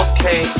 Okay